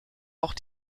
auch